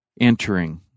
entering